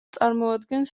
წარმოადგენს